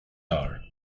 are